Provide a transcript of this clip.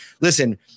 listen